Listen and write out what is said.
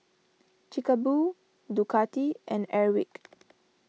Chic A Boo Ducati and Airwick